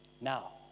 Now